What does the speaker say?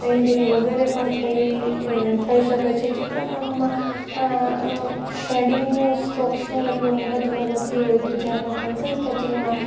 painting વગેરે પણ થઈ થઈ શકે છે ચિત્રકામમાં શેડિંગનું સ્ટ્રોક્સનું આટલું મહત્ત્વ નથી હોતું જ્યારે પેન્સિલ સ્કેચિંગમાં